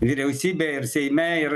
vyriausybė ir seime ir